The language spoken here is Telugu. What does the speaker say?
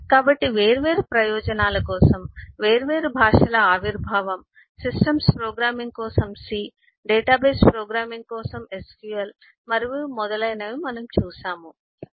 కాబట్టి వేర్వేరు ప్రయోజనాల కోసం వేర్వేరు భాషల ఆవిర్భావం సిస్టమ్స్ ప్రోగ్రామింగ్ కోసం C డేటాబేస్ ప్రోగ్రామింగ్ కోసం SQL మరియు మొదలైనవి మనం చూస్తాము